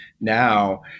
now